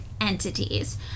entities